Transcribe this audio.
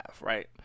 right